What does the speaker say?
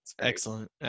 Excellent